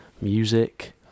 music